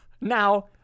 Now